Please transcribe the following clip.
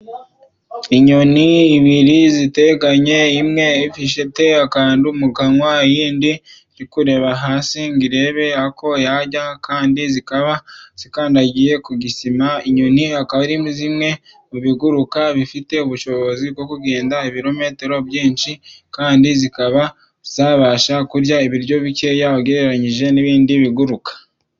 Inyoni ebyiri ziteganye. Imwe ifite akantu mu kanwa. Iyindi iri kureba hasi ngo irebe ako yarya, kandi zikaba zikandagiye kugisima. Inyoni zikaba zimwe mu biguruka bifite ubushobozi bwo kugenda ibirometero byinshi, kandi zikaba zabasha kurya ibiryo bikeya ugereranyije n'ibindi biguruka.